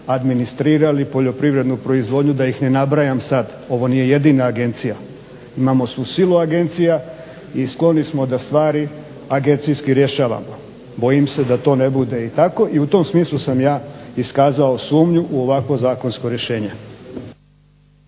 administrirali poljoprivrednu proizvodnju da ih ne nabrajam sad. Ovo nije jedna agencija. Imamo svu silu agencija i skloni smo da stvari agencijski rješavamo. Bojim se da to ne bude i tako i u tom smislu sam ja iskazao sumnju u ovakvo zakonsko rješenje.